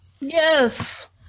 Yes